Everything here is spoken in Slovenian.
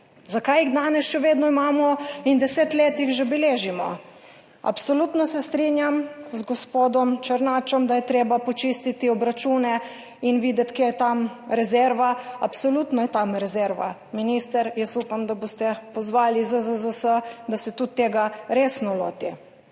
Zakaj jih danes še vedno imamo in 10 let jih že beležimo? Absolutno se strinjam z gospodom Černačem, da je treba počistiti obračune in videti, kje je tam rezerva. Absolutno je tam rezerva. Minister, jaz upam, da boste pozvali ZZZS, da se tudi tega resno loti.